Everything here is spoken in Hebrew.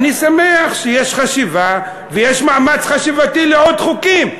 אני שמח שיש חשיבה ויש מאמץ חשיבתי לעוד חוקים,